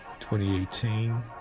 2018